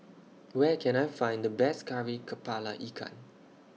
Where Can I Find The Best Kari Kepala Ikan